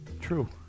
True